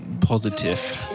positive